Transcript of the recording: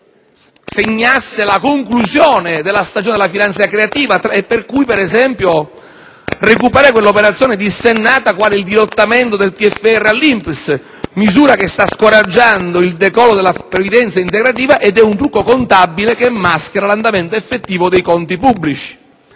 segnasse la conclusione della stagione della finanza creativa e quindi, per esempio, servisse a recuperare quella operazione dissennata quale il dirottamento del TFR all'INPS, misura che sta scoraggiando il decollo della previdenza integrativa ed è un buco contabile che maschera l'andamento effettivo dei conti pubblici,